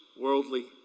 worldly